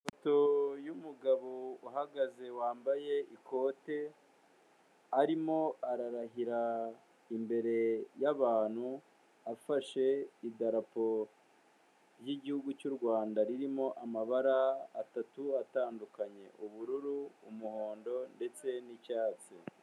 Ifoto y'umugabo uhagaze wambaye ikote, arimo ararahira imbere y'abantu, afashe idarapo ry'igihugu cy'u Rwanda ririmo amabara atatu atandukanye. Ubururu, umuhondo ndetse n'icyatsi.